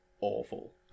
awful